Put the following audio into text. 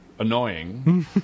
annoying